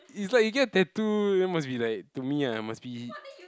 is like you get tattoo you must be like to me lah you must be